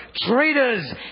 traitors